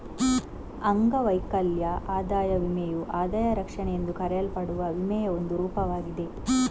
ಅಂಗವೈಕಲ್ಯ ಆದಾಯ ವಿಮೆಯು ಆದಾಯ ರಕ್ಷಣೆ ಎಂದು ಕರೆಯಲ್ಪಡುವ ವಿಮೆಯ ಒಂದು ರೂಪವಾಗಿದೆ